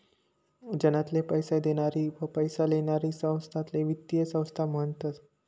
जनताले पैसा देनारी व पैसा लेनारी संस्थाले वित्तीय संस्था म्हनतस